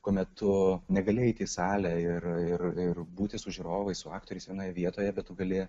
kuomet tu negali eiti į salę ir ir irbūti su žiūrovais su aktoriais vienoj vietoje bet tu gali